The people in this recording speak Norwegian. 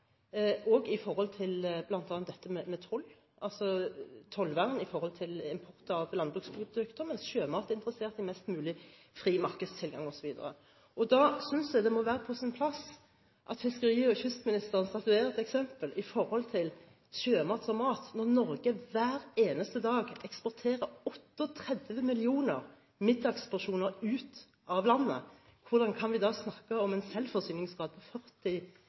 i forhold til bl.a. dette med toll, altså tollvern i forhold til import av landbruksprodukter, mens sjømatnæringen er interessert i mest mulig fri markedstilgang osv. Da synes jeg det må være på sin plass at fiskeri- og kystministeren statuerer et eksempel når det gjelder sjømat som mat. Når Norge hver eneste dag eksporterer 38 millioner middagsporsjoner ut av landet, hvordan kan vi da snakke om en selvforsyningsgrad på